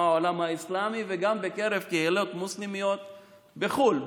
גם בעולם האסלאמי וגם בקרב קהילת מוסלמיות בחו"ל,